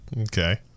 Okay